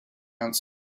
answered